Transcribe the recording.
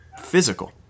physical